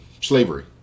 slavery